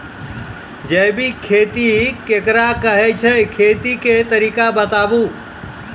जैबिक खेती केकरा कहैत छै, खेतीक तरीका बताऊ?